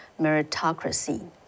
Meritocracy